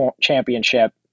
Championship